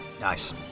Nice